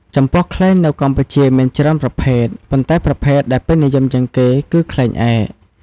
ចំពោះ ខ្លែងនៅកម្ពុជាមានច្រើនប្រភេទ ប៉ុន្តែប្រភេទដែលពេញនិយមជាងគេគឺ ខ្លែងឯក។